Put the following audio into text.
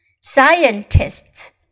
Scientists